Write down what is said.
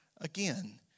again